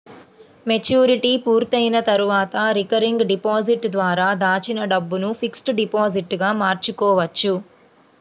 maturity పూర్తయిన తర్వాత recurring deposit ద్వారా దాచిన డబ్బును ఫిక్స్డ్ డిపాజిట్ గా మార్చుకోవచ్చు